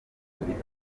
duturika